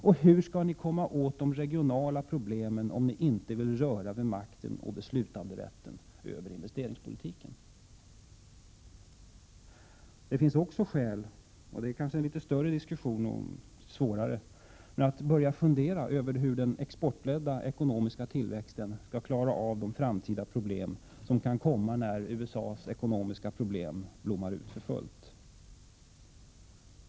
Och hur skall ni komma åt de regionala problemen, om ni inte vill röra vid makten och beslutanderätten över investeringspolitiken? Det finns också skäl — och det blir kanske en något större och svårare diskussion — att börja fundera över hur den exportledda ekonomiska tillväxten skall klara av de framtida problem som kan komma, när USA:s ekonomiska problem blommar ut för fullt.